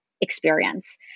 experience